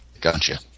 Gotcha